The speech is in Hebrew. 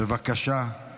בבקשה.